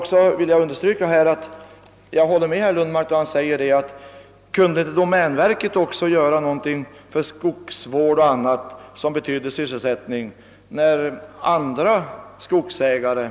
Jag ställer dessutom samma fråga som herr Lundmark: Kunde inte domänverket liksom andra skogsägare ta upp skogsvårdande verksamhet för att skapa mer sysselsättning?